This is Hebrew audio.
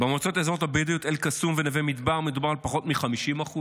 במועצות האזוריות אל-קסום ונווה מדבר מדובר על פחות מ-50%;